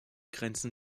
grenzen